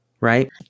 Right